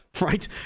Right